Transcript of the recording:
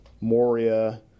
Moria